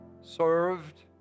served